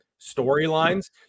storylines